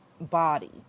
body